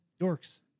dorks